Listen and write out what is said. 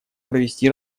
провести